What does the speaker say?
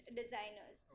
designers